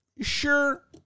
sure